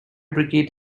brigade